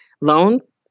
loans